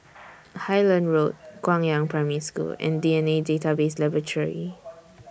Highland Road Guangyang Primary School and D N A Database Laboratory